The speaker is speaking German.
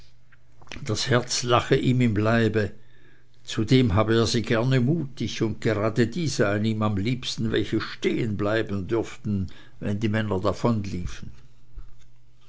das herz lache ihm im leibe zudem habe er sie gerne mutig und gerade die seien ihm die liebsten welche stehenbleiben dürften wenn die männer